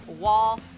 wall